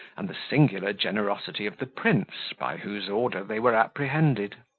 and the singular generosity of the prince, by whose order they were apprehended.